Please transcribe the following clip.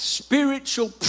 spiritual